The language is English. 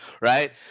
right